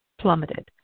plummeted